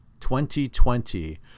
2020